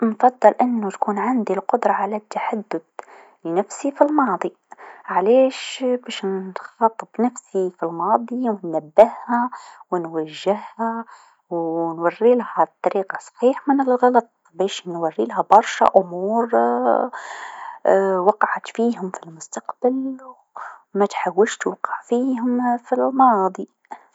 نفضل أنو تكون عندي القدره على التحدث لنفسي في الماضي علاش باش نخاطب نفسي في الماضي و نبها و نوجها و نوريلها طريق صحيح من الغلط باش نوريلها برشا أمور وقعت فيهم في المستقبل و متعاوتش تغلط فيهم في الماضي.